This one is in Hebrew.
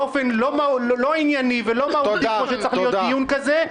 באופן לא ענייני ולא מהותי כמו שצריך להיות דיון כזה,